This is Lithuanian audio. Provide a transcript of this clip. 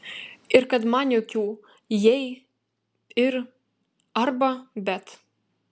ir kad man jokių jei ir arba bet